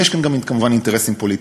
ויש כאן כמובן גם אינטרסים פוליטיים.